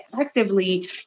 actively